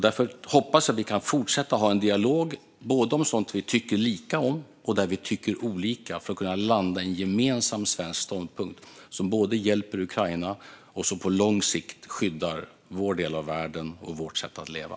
Därför hoppas jag att vi kan fortsätta att ha en dialog både om sådant där vi tycker lika och om sådant där vi tycker olika, för att kunna landa i en gemensam svensk ståndpunkt som både hjälper Ukraina och som på lång sikt skyddar vår del av världen och vårt sätt att leva.